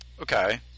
Okay